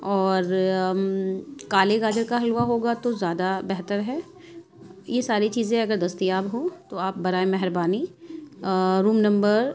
اور کالے گاجر کا حلوہ ہوگا تو زیادہ بہتر ہے یہ ساری چیزیں اگر دستیاب ہوں تو آپ برائے مہربانی روم نمبر